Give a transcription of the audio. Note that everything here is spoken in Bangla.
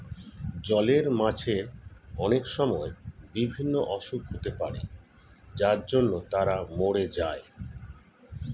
জলের মাছের অনেক সময় বিভিন্ন অসুখ হতে পারে যার জন্য তারা মোরে যায়